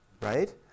right